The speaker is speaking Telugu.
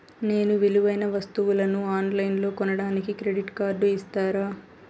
నేను విలువైన వస్తువులను ఆన్ లైన్లో కొనడానికి క్రెడిట్ కార్డు ఇస్తారా?